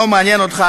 לא מעניין אותך,